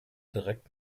direkt